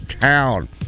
town